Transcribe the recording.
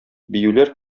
биюләр